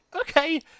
okay